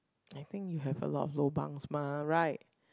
I think you have a lot of lobangs mah right